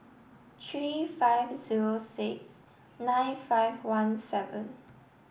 three five zero six nine five one seven